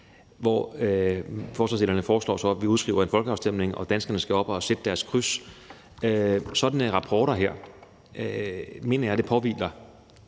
hvor forslagsstillerne foreslår, at vi udskriver en folkeafstemning og danskerne skal op og sætte deres kryds. Sådan en rapport her mener jeg at det påhviler